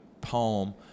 poem